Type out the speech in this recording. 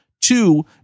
Two